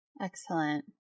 Excellent